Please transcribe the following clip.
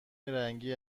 رنگی